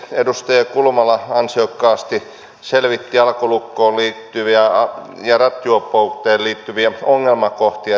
edustaja kulmala ansiokkaasti tässä selvitti alkolukkoon ja rattijuoppouteen liittyviä ongelmakohtia